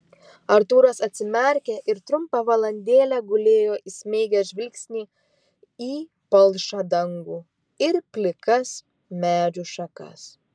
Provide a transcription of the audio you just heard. artūras atsimerkė ir trumpą valandėlę gulėjo įsmeigęs žvilgsnį į palšą dangų ir plikas medžių šakas